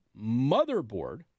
Motherboard